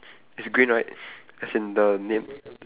it's green right as in the name